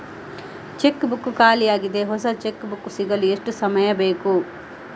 Check book ಖಾಲಿ ಯಾಗಿದೆ, ಹೊಸ ಚೆಕ್ ಬುಕ್ ಸಿಗಲು ಎಷ್ಟು ಸಮಯ ಬೇಕು?